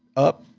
up,